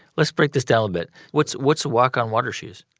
let's break this down bit. what's what's walk-on-water shoes?